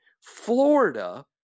Florida